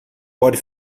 pode